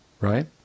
Right